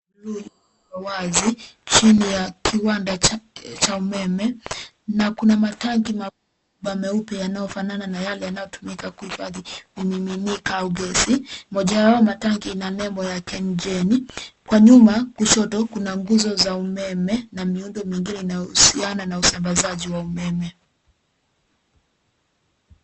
... wazi chini ya kiwanda cha umeme na kuna matangi makuwa meupe yanayofanana na yale yanayotumika kuhifadhi vimiminika au gesi. Moja ya hayo matangi ina nembo ya Kengeni. Kwa nyuma kushoto kuna nguzo za umeme na miundo mingine inayohusiana na usambazaji wa umeme.